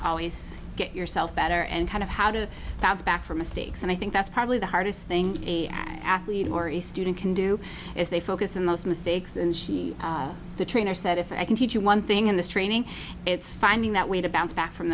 always get yourself better and kind of how to back for mistakes and i think that's probably the hardest thing a athlete or a student can do is they focus on those mistakes and the trainer said if i can teach you one thing in this training it's finding that way to bounce back from